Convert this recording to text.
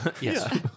Yes